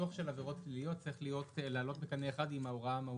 ניסוח של עבירות פליליות צריך לעלות בקנה אחד עם ההוראה המהותית,